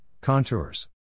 contours